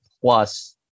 Plus